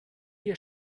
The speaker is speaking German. wir